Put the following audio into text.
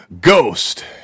Ghost